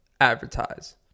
advertise